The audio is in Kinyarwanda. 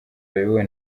bayobowe